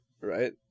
right